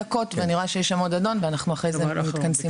ולאחר מכן עוד אדון ולאחרי זה אנחנו מתכנסים לסיום.